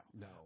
no